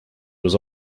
was